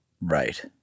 Right